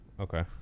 okay